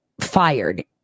fired